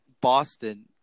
Boston